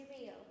real